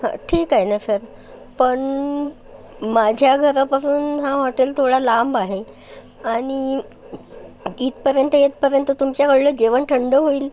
हां ठीक आहे ना सर पण माझ्या घरापासून हा हॉटेल थोडा लांब आहे आणि इथपर्यंत येतपर्यंत तुमच्याकडलं जेवण थंड होईल